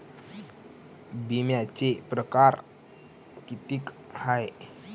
बिम्याचे परकार कितीक हाय?